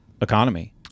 economy